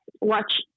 watch